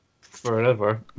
forever